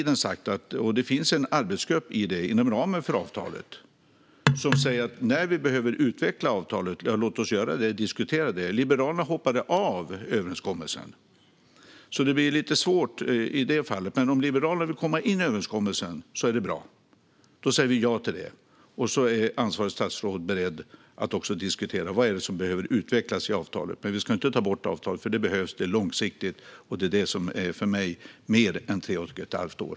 Det finns en arbetsgrupp inom ramen för avtalet, och vi har hela tiden sagt att när avtalet behöver utvecklas ska vi diskutera det. Liberalerna hoppade dock av överenskommelsen, vilket gör det lite svårt i det fallet. Om Liberalerna vill komma in i överenskommelsen igen tycker vi att det är bra. Vi säger ja till det, och ansvarigt statsråd är beredd att diskutera vad som behöver utvecklas i avtalet. Vi ska dock inte ta bort avtalet, för det behövs. Det är långsiktigt, och för mig innebär det mer än tre och ett halvt år.